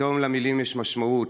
ופתאום למילים יש משמעות,